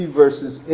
verses